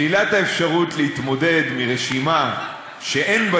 שלילת האפשרות להתמודד מרשימה שאין בה